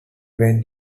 when